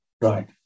Right